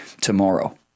tomorrow